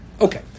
Okay